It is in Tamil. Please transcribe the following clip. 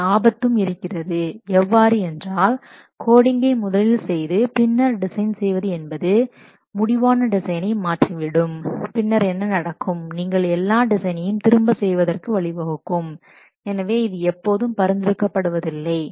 இங்கே ஆபத்தும் இருக்கிறது எவ்வாறு என்றால் கோடிங்கை முதலில் செய்து பின்னர் டிசைன் செய்வது என்பது முடிவான டிசைனை மாற்றிவிடும் பின்னர் என்ன நடக்கும் நீங்கள் எல்லா டிசைனையும் திரும்ப செய்வதற்கு வழிவகுக்கும் எனவே இது எப்போதும் பரிந்துரைக்க படுவதில்லை